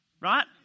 Right